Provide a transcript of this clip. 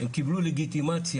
הם קיבלו לגיטימציה